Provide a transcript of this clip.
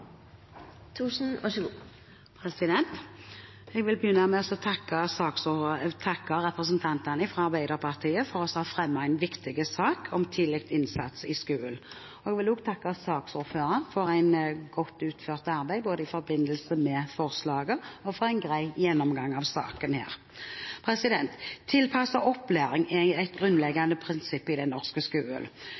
Jeg vil begynne med å takke representantene fra Arbeiderpartiet for å ha fremmet en viktig sak om tidlig innsats i skolen. Jeg vil også takke saksordføreren for et godt utført arbeid i forbindelse med forslaget og for en grei gjennomgang av saken. Tilpasset opplæring er et grunnleggende prinsipp i den norske